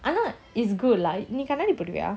ஆனா:ana it's good lah நீகண்ணாடிபோடுவியா:nee kannadi poduvia